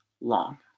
long